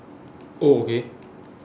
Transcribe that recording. oh okay